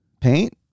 Paint